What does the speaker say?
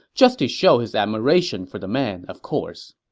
just to show his admiration for the man, of course.